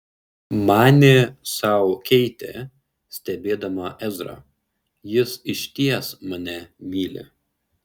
manė sau keitė stebėdama ezrą jis išties mane myli